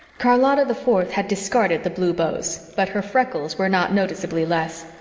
charlotta the fourth had discarded the blue bows but her freckles were not noticeably less.